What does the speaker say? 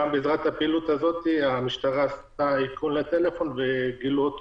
גם בעזרת הפעילות הזאת המשטרה עשתה איכון לטלפון וגילו מישהו,